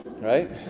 right